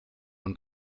und